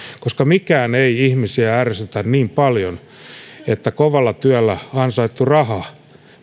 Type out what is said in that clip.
koska mikään ei ihmisiä ärsytä niin paljon kuin se että kovalla työllä ansaittu raha